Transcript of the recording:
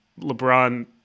LeBron